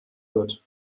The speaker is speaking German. wird